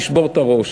תשבור את הראש,